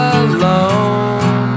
alone